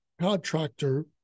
contractor